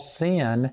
sin